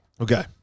Okay